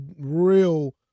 real